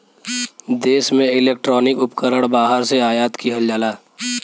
देश में इलेक्ट्रॉनिक उपकरण बाहर से आयात किहल जाला